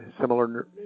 similar